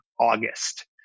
august